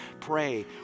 Pray